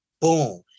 boom